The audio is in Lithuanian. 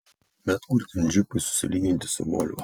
bet kur ten džipui susilyginti su volvo